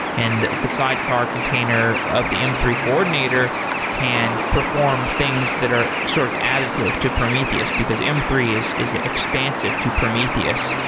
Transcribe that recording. and the the sidecar container of the m three coordinator can't perform things that are sort of additive to prometheus, because m three is is ah expensive to prometheus.